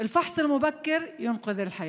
בדיקה מקדימה מצילה חיים.)